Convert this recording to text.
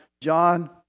John